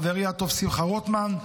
חברי הטוב שמחה רוטמן,